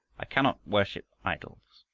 i cannot worship idols,